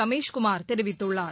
ரமேஷ்குமார் தெரிவித்துள்ளார்